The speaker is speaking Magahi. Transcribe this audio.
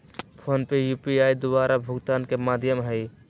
फोनपे यू.पी.आई द्वारा भुगतान के माध्यम हइ